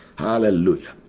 Hallelujah